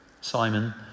Simon